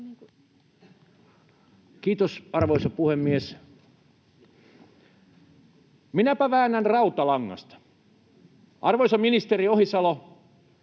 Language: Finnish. Kiitos, arvoisa puhemies! Minäpä väännän rautalangasta. Arvoisa ministeri Ohisalo,